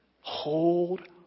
Hold